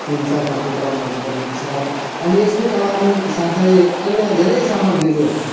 तिन चार खालको कलमहरू बनिन्छ अनि यस्तै कलम साथै अन्य धेरै सामग्रीहरू